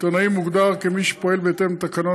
"עיתונאי" מוגדר כמי שפועל בהתאם לתקנון